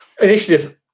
Initiative